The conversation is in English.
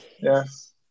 Yes